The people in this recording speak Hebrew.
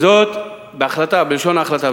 זאת לשון ההחלטה,